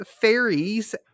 fairies